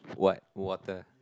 what water